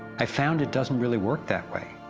i found that doesn't really work that way.